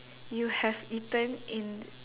you have eaten in